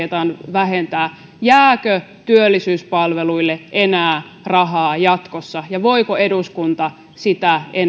vähentää jääkö työllisyyspalveluille enää rahaa jatkossa ja voiko eduskunta sitä enää